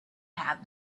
had